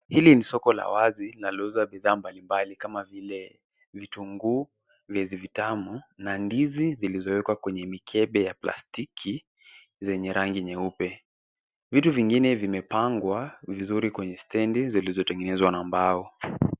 Hili ni soko la wazi linalouza bidhaa mbalimbali kama vile vitunguu, viazi vitamu na ndizi zilizowekwa kwenye mikebe ya plastiki zenye rangi nyeupe. Vitu vingine vimepangwa vizuri kwenye stendi zilizotengenezwa na mbao.